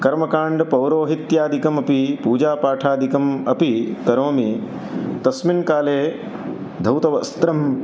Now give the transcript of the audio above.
कर्मकाण्डपौरोहित्यादिकमपि पूजापाठादिकम् अपि करोमि तस्मिन् काले धौतवस्त्रम्